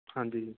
ਹਾਂਜੀ